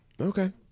Okay